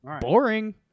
Boring